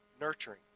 nurturing